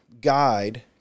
Guide